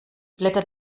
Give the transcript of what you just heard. blätter